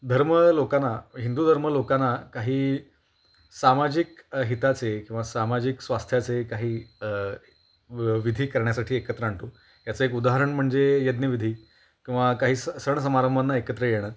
धर्म लोकांना हिंदू धर्म लोकांना काही सामाजिक हिताचे किंवा सामाजिक स्वास्थ्याचे काही व विधी करण्यासाठी एकत्र आणतो याचं एक उदाहरण म्हणजे यज्ञविधी किंवा काही सण समारंभांना एकत्र येणं